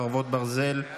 חרבות ברזל),